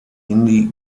indie